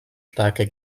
starker